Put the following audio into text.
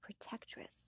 protectress